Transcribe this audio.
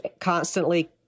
constantly